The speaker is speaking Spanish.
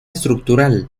estructural